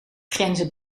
grenzen